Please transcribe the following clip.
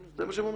זה מה שהם אומרים.